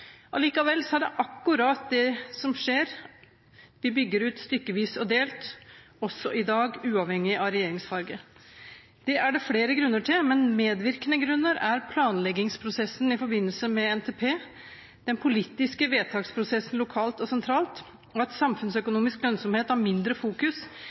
Likevel er det akkurat det som skjer. Vi bygger ut stykkevis og delt også i dag, uavhengig av regjeringsfarge. Det er det flere grunner til, men medvirkende grunner er planleggingsprosessen i forbindelse med NTP, den politiske vedtaksprosessen lokalt og sentralt, og at samfunnsøkonomisk lønnsomhet er mindre i fokus